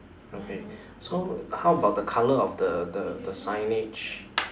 okay so how 'bout the colour of the the the signage